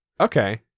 Okay